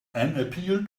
appeal